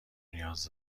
نیاز